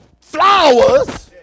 flowers